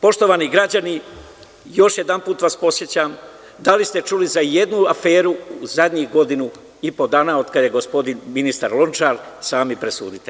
Poštovani građani, još jednom vas podsećam, da li ste čuli za jednu aferu u zadnjih godinu i po dana otkad je gospodin ministar Lončar, sami presudite.